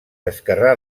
esquerrà